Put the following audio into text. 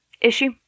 issue